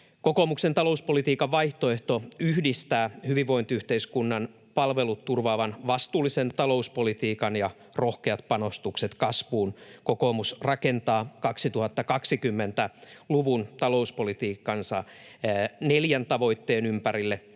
Kokoomuksen talouspolitiikan vaihtoehto yhdistää hyvinvointiyhteiskunnan palvelut turvaavan vastuullisen talouspolitiikan ja rohkeat panostukset kasvuun. Kokoomus rakentaa 2020-luvun talouspolitiikkansa neljän tavoitteen ympärille: